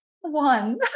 one